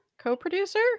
co-producer